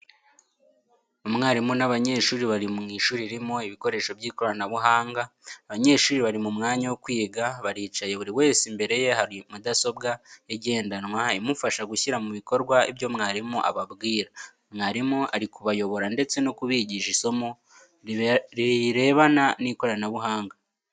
Umwarimu n’abanyeshuri bari mu ishuri ririmo ibikoresho by’ikoranabuhanga. Abanyeshuri bari mu mwanya wo kwiga, baricaye buri wese imbere ye hari mudasobwa igendanwa imufasha gushyira mu bikorwa ibyo mwarimu ababwira. Mwarimu ari kubayobora ndetse no kubigisha isomo rirebana n'ikoranabuhanga.